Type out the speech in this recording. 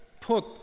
put